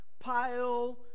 pile